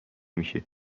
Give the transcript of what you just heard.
میشه